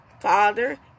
Father